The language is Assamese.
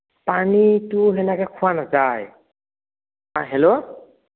পানীটো সেনেকৈ খোৱা নাযায় হেল্ল'